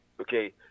Okay